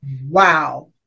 wow